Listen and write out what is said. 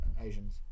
Asians